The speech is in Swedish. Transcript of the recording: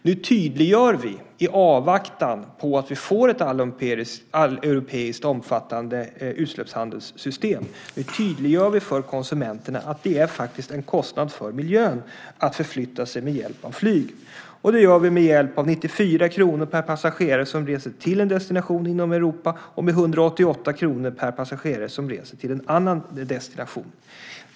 Nu tydliggör vi, i avvaktan på att vi får ett alleuropeiskt omfattande utsläppshandelssystem, för konsumenterna att det faktiskt är en kostnad för miljön att förflytta sig med hjälp av flyg. Detta gör vi med hjälp av 94 kr per passagerare som reser till en destination inom Europa och med 188 kr per passagerare som reser till en annan destination.